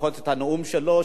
לפחות את הנאום שלו,